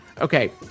Okay